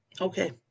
Okay